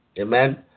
amen